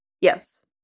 Yes